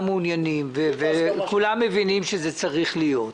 מעוניינים וכולם מבינים שזה צריך להיות,